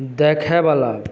देखयवला